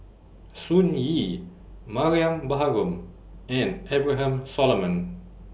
Sun Yee Mariam Baharom and Abraham Solomon